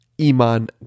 Iman